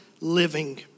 living